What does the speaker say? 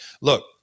look